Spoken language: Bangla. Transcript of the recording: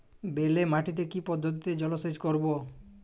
বেলে মাটিতে কি পদ্ধতিতে জলসেচ করব?